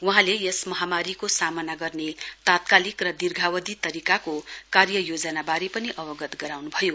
वहाँले यस महामारीको सामना गर्ने तात्कालिक र दीर्घावधि तयारीको कार्ययोजनावारे पनि अवगत गराउनु भयो